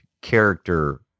character